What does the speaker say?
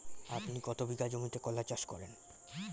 আপনি কত বিঘা জমিতে কলা চাষ করেন?